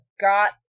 got